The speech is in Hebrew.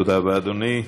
תודה רבה, אדוני.